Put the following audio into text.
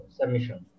submission